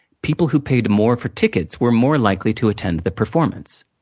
people who paid more for tickets were more likely to attend the performance.